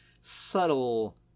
subtle